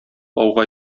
ауга